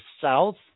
south